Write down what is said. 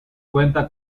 cuenta